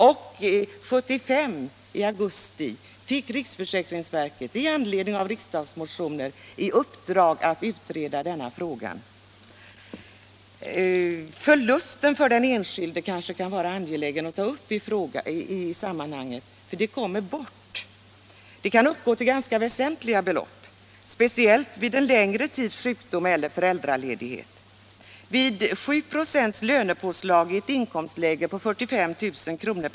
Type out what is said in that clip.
I augusti 1975 fick riksförsäkringsverket med anledning av riksdagsmotioner i uppdrag att utreda denna fråga. Förlusten för den enskilde kanske kan vara angelägen att ta upp i sammanhanget. Den kommer så ofta bort. Den kan uppgå till ganska väsentliga belopp, speciellt vid en längre tids sjukdom eller föräldraledighet. Vid 7 26 lönepåslag i ett inkomstläge av 45 000 kr.